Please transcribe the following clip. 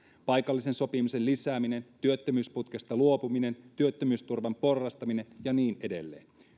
paikallisen sopimisen lisääminen työttömyysputkesta luopuminen työttömyysturvan porrastaminen ja niin edelleen